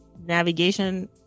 navigation